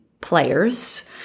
players